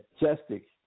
majestic